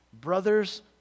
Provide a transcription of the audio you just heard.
Brothers